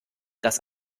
das